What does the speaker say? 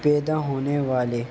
پیدا ہونے والے